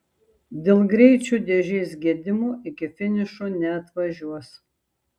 dėl greičių dėžės gedimo iki finišo neatvažiuos